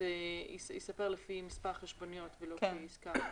זה ייספר לפי מספר החשבוניות ולא כעסקה אחת.